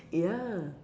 ya